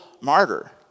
martyr